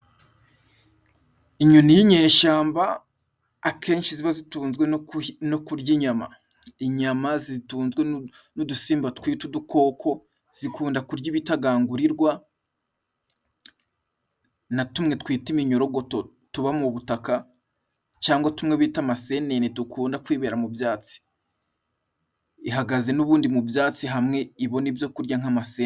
Inyoni y'inyeshyamba, akenshi ziba zitunzwe no kurya inyama. Inyama zitunzwe n'udusimba twitwa udukoko，zikunda kurya ibitatangurirwa, na tumwe twita iminyorogoto tuba mu butaka, cyangwa tumwe bita amasenene dukunda kwibera mu byatsi. Ihagaze n'ubundi mu byatsi hamwe ibona ibyo kurya nk'amasenene.